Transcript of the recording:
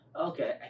okay